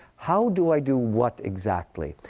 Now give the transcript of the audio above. how do i do what exactly?